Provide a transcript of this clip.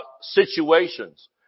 situations